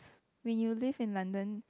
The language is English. when you live in London